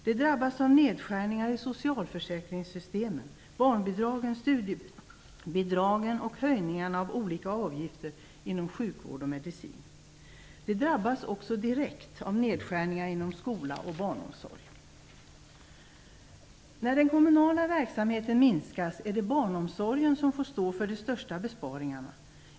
De drabbas av nedskärningar i socialförsäkringssystemen, barnbidragen, studiebidragen och höjningarna av olika avgifter för sjukvård och medicin. Barnen drabbas också direkt av nedskärningar inom skola och barnomsorg. När den kommunala verksamheten minskar är det barnomsorgen som får stå för de största besparingarna.